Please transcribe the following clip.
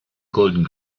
golden